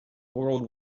world